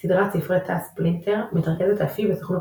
סדרת ספרי תא ספלינטר מתרכזת אף היא בסוכנות